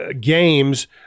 games